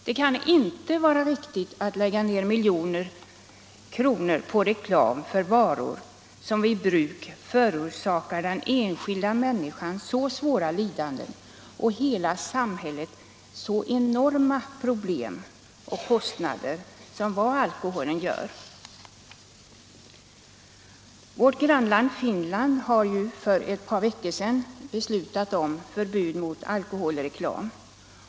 Det kan inte vara riktigt att lägga ner miljoner på reklam för varor, som vid bruk förorsakar den enskilda människan så svåra lidanden och hela samhället så enorma problem och kostnader som alkoholen gör. Vårt grannland Finland har för ett par veckor sedan beslutat om förbud mot alkoholreklam.